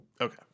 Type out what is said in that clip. Okay